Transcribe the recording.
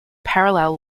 parallel